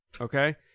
okay